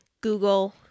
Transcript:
Google